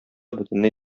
бөтенләй